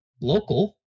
local